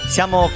Siamo